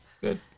Good